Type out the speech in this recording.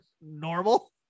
normal